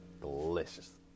delicious